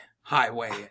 Highway